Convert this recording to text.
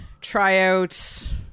tryouts